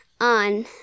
on